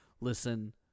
listen